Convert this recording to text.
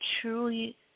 truly